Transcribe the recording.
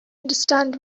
understand